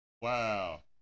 Wow